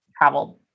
traveled